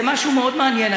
זה משהו מאוד מעניין,